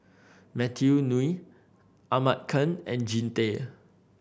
Matthew Ngui Ahmad Khan and Jean Tay